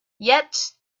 yet